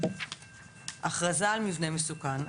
הכרזה על מבנה מסוכן.